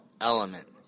element